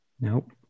Nope